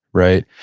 right.